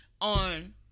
on